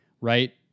right